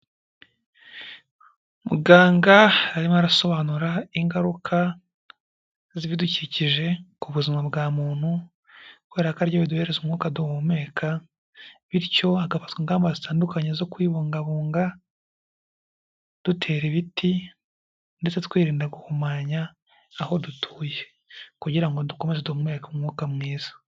Muganga arimo arasobanura ingaruka z'ibidukikije ku buzima bwa muntu kubera ko aribyo biduhereza umwuka duhumeka, bityo hagafatwa ingamba zitandukanye zo kubibungabunga dutera ibiti ndetse twirinda guhumanya aho dutuye, kugira ngo dukomeze duhumeke umwuka mwiza.